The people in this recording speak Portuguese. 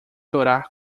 chorar